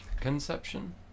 Conception